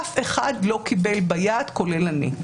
אף אחד לא קיבל ביד, כולל אותי.